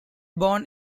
born